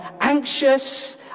anxious